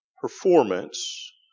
performance